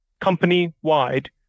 company-wide